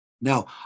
Now